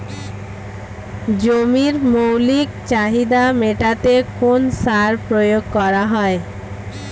জমির মৌলিক চাহিদা মেটাতে কোন সার প্রয়োগ করা হয়?